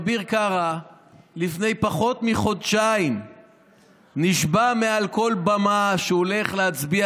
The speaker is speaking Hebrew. אביר קארה לפני פחות מחודשיים נשבע מעל כל במה שהוא הולך להצביע